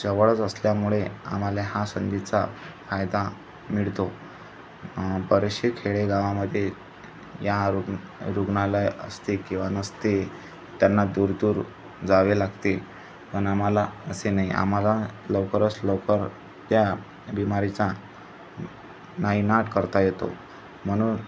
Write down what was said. जवळच असल्यामुळे आम्हाला हा संधीचा फायदा मिळतो बरेचशे खेडे गावामध्ये या रुग् रुग्णालय असते किंवा नसते त्यांना दूर दूर जावे लागते पण आम्हाला असे नाही आम्हाला लवकरच लवकर त्या बिमारीचा नायनाट करता येतो म्हणून